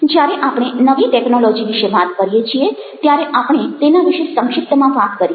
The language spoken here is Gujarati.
જ્યારે આપણે નવી ટેકનોલોજિ વિશે વાત કરીએ છીએ ત્યારે આપણે તેના વિશે સંક્ષિપ્તમાં વાત કરીશું